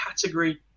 category